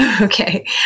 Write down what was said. Okay